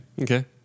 Okay